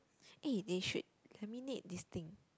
eh they should laminate this thing